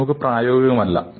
ഇത് നമുക് പ്രായോഗികമല്ല